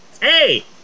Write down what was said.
hey